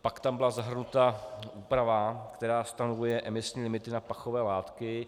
Pak tam byla zahrnuta úprava, která stanoví emisní limity na pachové látky.